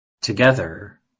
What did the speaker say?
Together